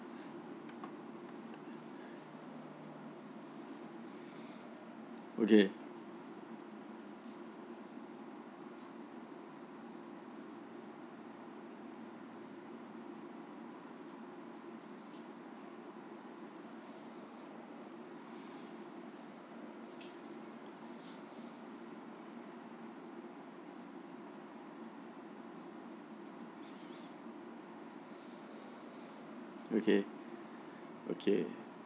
okay okay okay